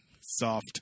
soft